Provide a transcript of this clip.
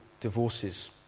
divorces